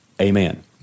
amen